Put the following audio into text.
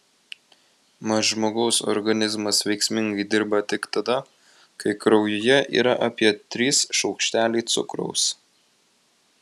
mat žmogaus organizmas veiksmingai dirba tik tada kai kraujyje yra apie trys šaukšteliai cukraus